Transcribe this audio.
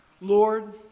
Lord